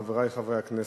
חברי חברי הכנסת,